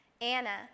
Anna